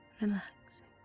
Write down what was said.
relaxing